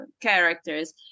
characters